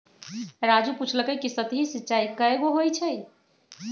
राजू पूछलकई कि सतही सिंचाई कैगो होई छई